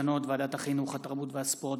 מסקנות ועדת החינוך, התרבות והספורט